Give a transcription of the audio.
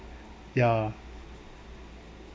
ya